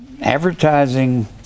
advertising